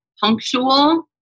punctual